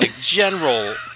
general